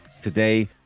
today